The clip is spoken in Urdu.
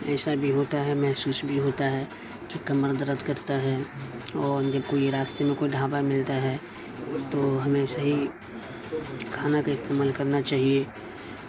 ایسا بھی ہوتا ہے محسوس بھی ہوتا ہے کہ کمر درد کرتا ہے اور جب کوئی راستے میں کوئی ڈھابہ ملتا ہے تو ہمیں صحیح کھانا کا استعمال کرنا چاہیے